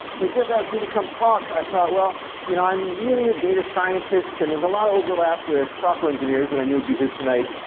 well, jeff asked me to come talk. i thought well, you know i'm really a data scientist and there's a lot of overlap with software engineers that i knew would be here tonight,